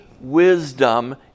wisdom